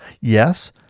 Yes